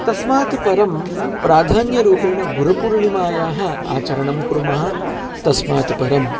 तस्मात् परं प्राधान्यरूपेण गुरुपूर्णिमायाः आचरणं कुर्मः तस्मात् परं